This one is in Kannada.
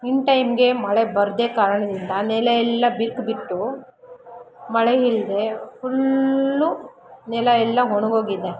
ಇನ್ ಟೈಮ್ಗೆ ಮಳೆ ಬರದೆ ಕಾರಣದಿಂದ ನೆಲಯೆಲ್ಲ ಬಿರ್ಕ್ಬಿಟ್ಟು ಮಳೆ ಇಲ್ಲದೆ ಫುಲ್ಲು ನೆಲಯೆಲ್ಲ ಒಣಗೋಗಿದೆ